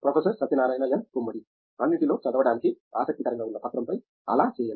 professor Satyanarayana N Gummadi అన్నింటిలో చదవడానికి ఆసక్తికరంగా ఉన్న పత్రం పై ఆలా చేయండి